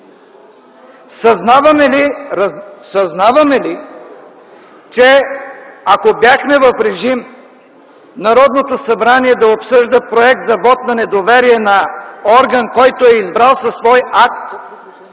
Съзнаваме ли, че ако бяхме в режим Народното събрание да обсъжда проект за вот на недоверие на орган, който е избрало със свой акт,